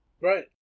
Right